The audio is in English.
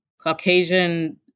Caucasian